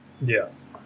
Yes